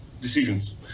decisions